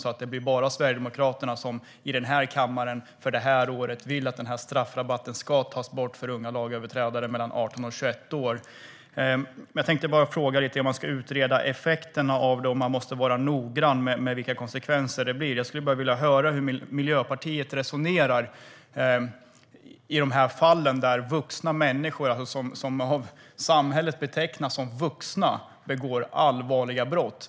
Det blir alltså bara Sverigedemokraterna som i kammaren i år vill att straffrabatten för unga lagöverträdare mellan 18 och 21 år ska tas bort. Man ska utreda effekterna av straffet och man måste vara noggrann med att se vilka konsekvenser det blir. Jag skulle bara vilja höra hur Miljöpartiet resonerar i de fall där människor som av samhället betraktas som vuxna begår allvarliga brott.